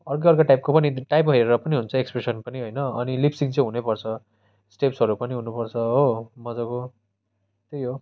अर्कै अर्कै टाइपको पनि टाइपको हेरेर पनि हुन्छ एक्सप्रेसन पनि होइन अनि लिबसिङ चाहिँ हुनैपर्छ स्टेप्सहरू पनि हुनुपर्छ हो मजाको त्यही हो